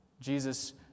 Jesus